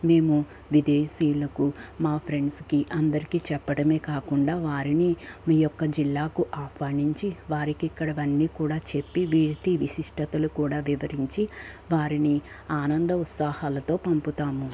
మేము విదేశీయులకు మా ఫ్రెండ్స్కి అందరికి చెప్పడమే కాకుండా వారిని ఈ యొక్క జిల్లాకు ఆహ్వానించి వారికి ఇక్కడివన్నీ కూడా చెప్పి వీటి విశిష్టతలు కూడా వివరించి వారిని ఆనంద ఉత్సాహాలతో పంపుతాము